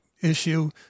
issue